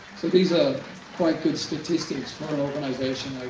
so these are quite good statistics. for an organization